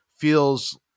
feels